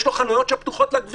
יש לו חנויות שפתוחות לכביש.